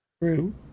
True